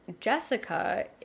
Jessica